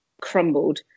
crumbled